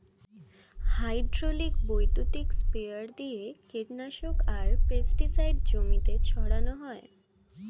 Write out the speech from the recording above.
hydraulic বৈদ্যুতিক sprayer দিয়ে কীটনাশক আর পেস্টিসাইড জমিতে ছড়ান হয়